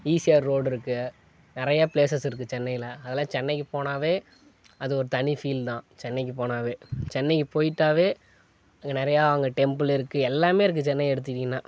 ECR ரோடுடிருக்கு நிறையா places இருக்குது சென்னையில அதுலாம் சென்னைக்கு போனாவே அது ஒரு தனி ஃபீல் தான் சென்னைக்கு போனாவே சென்னைக்கு போய்ட்டாவே அங்கே நிறையா அங்கே டெம்புள் இருக்குது எல்லாமே இருக்குது சென்னை எடுத்துகிட்டிங்னா